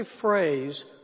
phrase